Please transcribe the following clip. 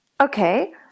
Okay